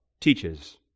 teaches